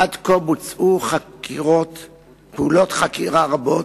עד כה בוצעו פעולות חקירה רבות,